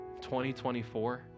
2024